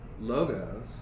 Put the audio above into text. logos